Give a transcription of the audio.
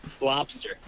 lobster